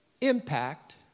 impact